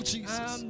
Jesus